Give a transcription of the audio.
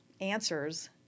answers